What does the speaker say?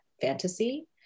fantasy